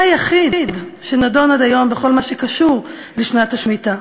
היחיד שנדון עד היום בכל מה שקשור לשנת השמיטה.